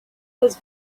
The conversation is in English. whose